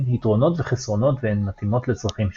יתרונות וחסרונות והן מתאימות לצרכים שונים.